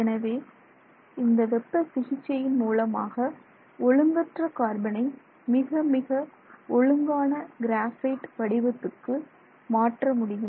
எனவே இந்த வெப்ப சிகிச்சையின் மூலமாக ஒழுங்கற்ற கார்பனை மிக மிக ஒழுங்கான கிராபைட் வடிவத்துக்கு மாற்ற முடியும்